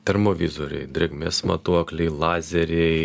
termovizoriai drėgmės matuokliai lazeriai